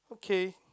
okay